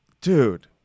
Dude